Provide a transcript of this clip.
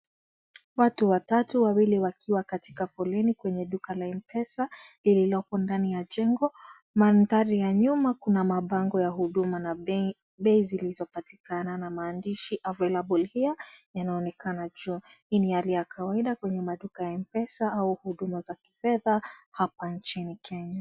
Watu watatu wawili wakiwa katika foleni kwenye duka la mpesa lililoko ndani ya jengo. Mandhari ya nyuma kuna mapango ya huduma na bei zilizopatikana na maandishi available here , yanaonekana juu. Hii ni hali ya kawaida kwenye maduka ya mpesa au huduma za kifedha hapa nchini Kenya.